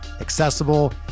accessible